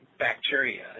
bacteria